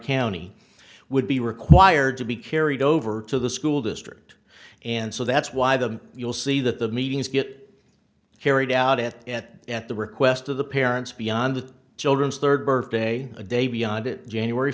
county would be required to be carried over to the school district and so that's why the you'll see that the meetings get carried out at at at the request of the parents beyond the children's third birthday a day beyond january